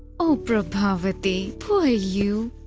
o prabhavati, poor you!